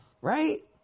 right